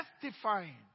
testifying